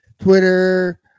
Twitter